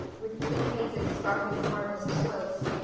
with blue hazes scarfing the harvest slopes,